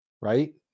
right